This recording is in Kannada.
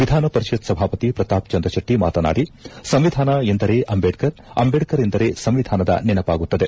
ವಿಧಾನ ಪರಿಷತ್ ಸಭಾಪತಿ ಪ್ರತಾಪ್ ಚಂದ್ರಶೆಟ್ಟಿ ಮಾತನಾಡಿ ಸಂವಿಧಾನ ಎಂದರೆ ಅಂಬೇಡ್ಕರ್ ಅಂಬೇಡ್ಕರ್ ಎಂದರೆ ಸಂವಿಧಾನದ ನೆನಪಾಗುತ್ತದೆ